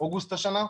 אוגוסט השנה,